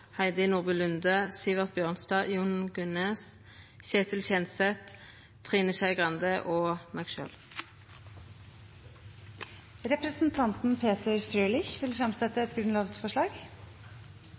Heidi Nordby Lunde, Sivert Bjørnstad, Jon Gunnes, Ketil Kjenseth, Trine Skei Grande og meg